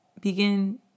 begin